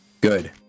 Good